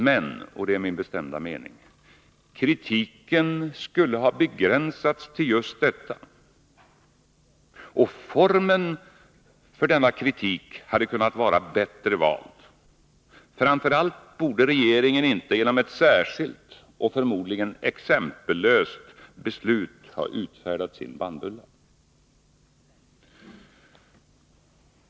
Men, och det är min bestämda mening, kritiken skulle ha begränsats till just detta. Och formen för denna kritik hade kunnat vara bättre vald. Framför allt borde regeringen inte genom ett särskilt — och förmodligen exempellöst — beslut ha utfärdat sin bannbulla.